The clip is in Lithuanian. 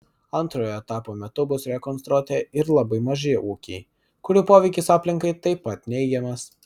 antrojo etapo metu bus rekonstruoti ir labai maži ūkiai kurių poveikis aplinkai taip pat neigiamas